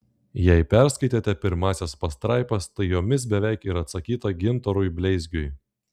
jei perskaitėte pirmąsias pastraipas tai jomis beveik ir atsakyta gintarui bleizgiui